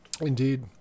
Indeed